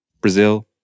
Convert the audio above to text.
Brazil